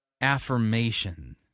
affirmation